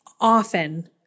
often